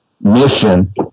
mission